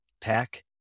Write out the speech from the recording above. pack